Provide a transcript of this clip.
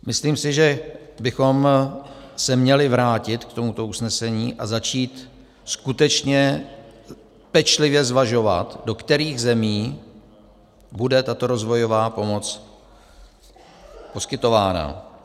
Myslím si, že bychom se měli vrátit k tomuto usnesení a začít skutečně pečlivě zvažovat, do kterých zemí bude tato rozvojová pomoc poskytována.